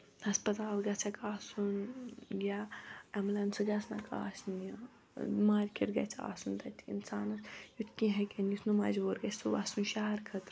ہسپَتال گَژھکھ آسُن یا ایمبولَنسہٕ گَژھنَکھ آسنہِ مارکٮ۪ٹ گَژھِ آسُن تَتہِ اِسانس یُتھ کیٚنٛہہ ہیٚکہِ أنِتھ یُتھ نہٕ مجبوٗر گَژھِ سُہ وَسُن شَہَر خٲطرٕ